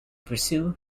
pursue